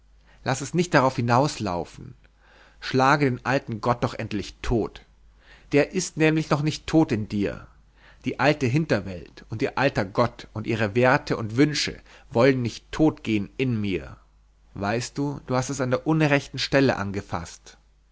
laß es nicht darauf hinauslaufen schlage den alten gott doch endlich tot der ist nämlich noch nicht tot in dir die alte hinterwelt und ihr alter gott und ihre werte und wünsche wollen nicht tot gehen in mir weißt du du hast es an der unrechten stelle angefaßt